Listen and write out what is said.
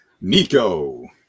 Nico